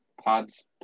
pods